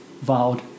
vowed